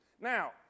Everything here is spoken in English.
Now